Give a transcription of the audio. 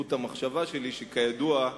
חוט המחשבה שלי, שכידוע,